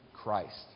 Christ